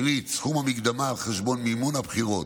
שנית, סכום המקדמה על חשבון מימון הבחירות